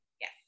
Yes